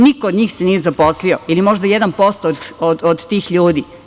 Niko od njih se nije zaposlio ili možda 1% od tih ljudi.